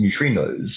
neutrinos